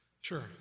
Sure